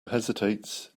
hesitates